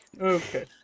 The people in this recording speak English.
Okay